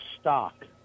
stock